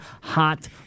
hot